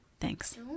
Thanks